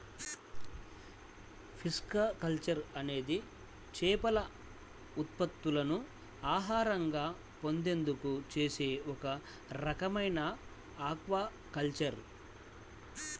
pisciculture అనేది చేపల ఉత్పత్తులను ఆహారంగా పొందేందుకు చేసే ఒక రకమైన ఆక్వాకల్చర్